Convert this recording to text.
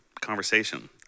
conversation